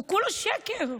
הוא כולו שקר.